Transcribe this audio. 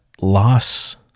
loss